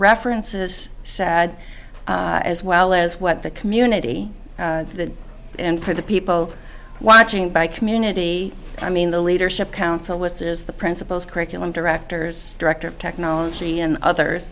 preferences said as well as what the community and for the people watching by community i mean the leadership council was is the principals curriculum directors director of technology and others